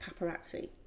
paparazzi